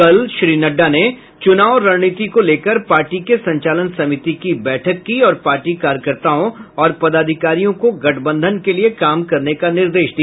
कल श्री नड्डा ने चुनाव रणनीति को लेकर पार्टी के संचालन समिति की बैठक की और ने पार्टी कार्यकर्ताओं और पदाधिकारियों को गठबंधन के लिये काम करने का निर्देश दिया